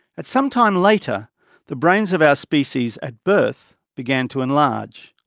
at some time later the brains of our species, at birth, began to enlarge.